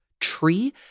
tree